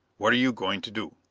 what are you going to do?